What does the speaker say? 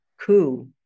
coup